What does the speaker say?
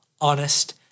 honest